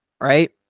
right